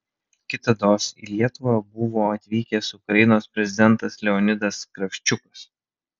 kitados į lietuvą buvo atvykęs ukrainos prezidentas leonidas kravčiukas